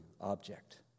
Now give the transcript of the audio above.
object